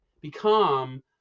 become